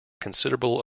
considerable